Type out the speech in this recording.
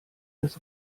des